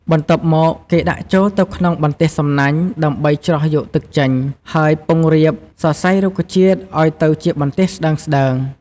បន្ទាប់មកគេដាក់ចូលទៅក្នុងបន្ទះសំណាញ់ ដើម្បីច្រោះយកទឹកចេញ ហើយពង្រាបសរសៃរុក្ខជាតិឱ្យទៅជាបន្ទះស្ដើងៗ។